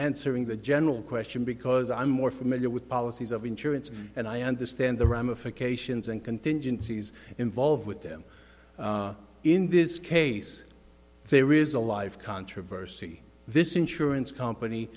during the general question because i'm more familiar with policies of insurance and i understand the ramifications and contingencies involved with them in this case there is a life controversy this insurance company